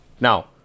Now